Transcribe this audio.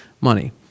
money